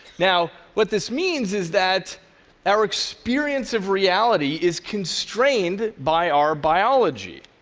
now, what this means is that our experience of reality is constrained by our biology,